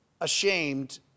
ashamed